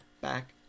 back